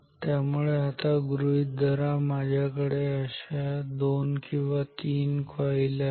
त्यामुळे आता गृहीत धरा समजा माझ्याकडे अशा दोन किंवा तीन कॉईल आहेत